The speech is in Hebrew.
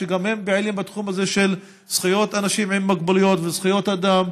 שגם הם פעילים בתחום הזה של זכויות אנשים עם מוגבלויות וזכויות אדם,